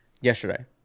Yesterday